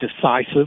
decisive